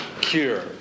cure